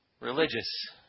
religious